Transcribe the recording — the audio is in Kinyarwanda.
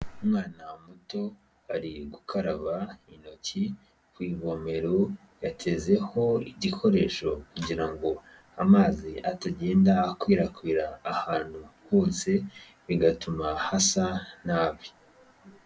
Umwana muto ari gukaraba intoki ku ivomero, yatezeho igikoresho kugira ngo amazi atagenda akwirakwira ahantu hose bigatuma hasa nabi.